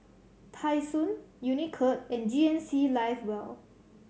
Tai Sun Unicurd and G N C Live well